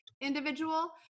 individual